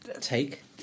Take